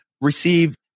receive